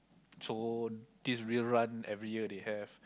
so this real run every year they have